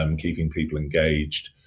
um keeping people engaged.